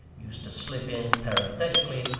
used to slip in, parenthetically,